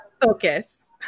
focus